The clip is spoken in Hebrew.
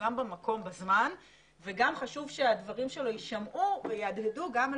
הוא גם במקום ובזמן וגם חשוב שהדברים שלו יישמעו ויהדהדו גם על